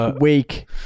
week